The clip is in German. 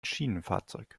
schienenfahrzeug